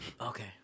Okay